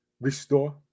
restore